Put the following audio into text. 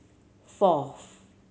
fourth